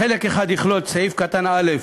חלק אחד יכלול את סעיף קטן (א)